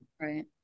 Right